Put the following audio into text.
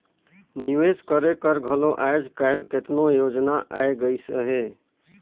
निवेस करे कर घलो आएज काएल केतनो योजना आए गइस अहे